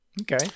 Okay